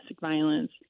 violence